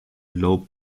low